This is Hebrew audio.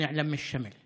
ממשלת השינוי,